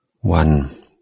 One